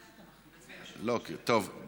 טוב,